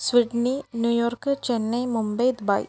Sydney New York Chennai Mumbai Dubai